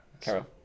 Carol